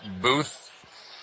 booth